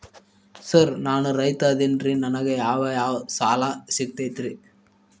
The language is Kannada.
ಸರ್ ನಾನು ರೈತ ಅದೆನ್ರಿ ನನಗ ಯಾವ್ ಯಾವ್ ಸಾಲಾ ಸಿಗ್ತೈತ್ರಿ?